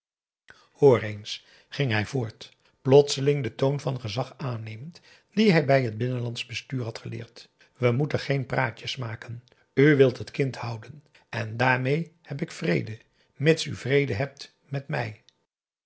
eens ging hij voort plotseling den toon van gezag aannemend dien hij bij het binnenlandsch bestuur had geleerd we moesten geen praatjes maken u wilt het kind houden en daarmeê heb ik vrede mits u vrede hebt met mij